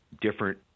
different